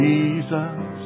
Jesus